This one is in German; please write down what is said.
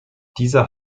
dieser